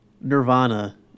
Nirvana